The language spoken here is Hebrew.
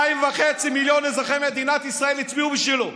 2.5 מיליון אזרחי מדינת ישראל הצביעו בשבילו.